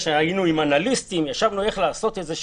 ישבנו עם אנליסטים לראות איך עושים את זה.